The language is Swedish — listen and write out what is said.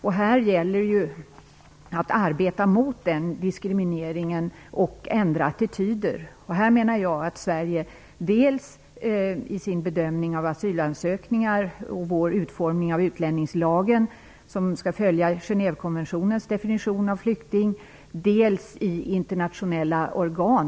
Och det gäller att arbeta mot denna diskriminering och att ändra attityder. Jag anser att Sverige aktivt bör arbeta mot den diskriminering och förföljelse som här sker, dels i bedömningen av asylansökningar och i den utformning av utlänningslagen som skall följa Genèvekonventionens definition av flykting, dels i internationella organ.